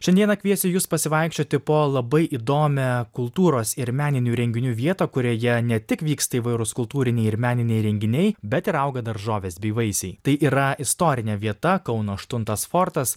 šiandieną kviesiu jus pasivaikščioti po labai įdomią kultūros ir meninių renginių vietą kurioje ne tik vyksta įvairūs kultūriniai ir meniniai renginiai bet ir auga daržovės bei vaisiai tai yra istorinė vieta kauno aštuntas fortas